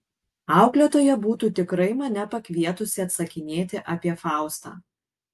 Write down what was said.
auklėtoja būtų tikrai mane pakvietusi atsakinėti apie faustą